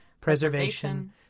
preservation